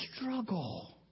struggle